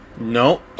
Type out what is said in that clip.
No